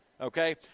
okay